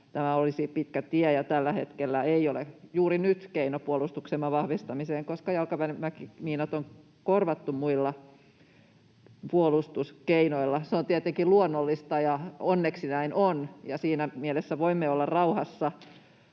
tämä olisi pitkä tie ja tällä hetkellä ei ole juuri nyt keino puolustuksemme vahvistamiseen, koska jalkaväkimiinat on korvattu muilla puolustuskeinoilla. Se on tietenkin luonnollista, ja onneksi näin on, ja siinä mielessä voimme olla rauhassa.